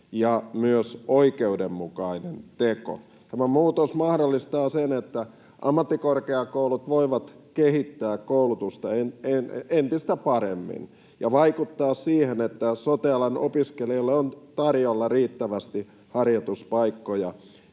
ja myös oikeudenmukainen teko. Tämä muutos mahdollistaa sen, että ammattikorkeakoulut voivat kehittää koulutusta entistä paremmin ja vaikuttaa siihen, että sote-alan opiskelijoille on tarjolla riittävästi harjoituspaikkoja